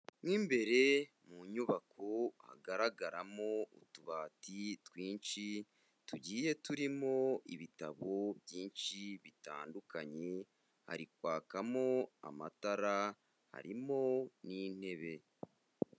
Mo imbere mu nyubako hagaragaramo utubati twinshi, tugiye turimo ibitabo byinshi bitandukanye, hari kwakamo amatara harimo n'intebe.